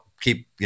keep